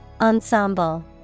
Ensemble